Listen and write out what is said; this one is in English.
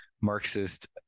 Marxist